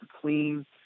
clean